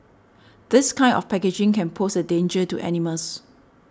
this kind of packaging can pose a danger to animals